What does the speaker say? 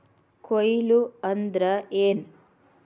ಕೊಯ್ಲು ಅಂದ್ರ ಏನ್?